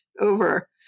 over